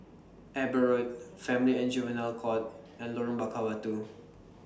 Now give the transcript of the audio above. Eber Road Family and Juvenile Court and Lorong Bakar Batu